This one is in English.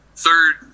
third